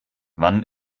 wann